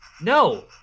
no